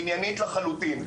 עניינית לחלוטין.